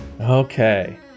Okay